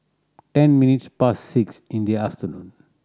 ten minutes past six in the afternoon